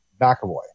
McAvoy